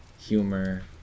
humor